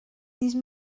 these